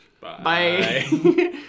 Bye